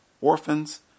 orphans